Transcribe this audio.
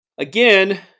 Again